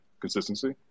consistency